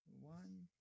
One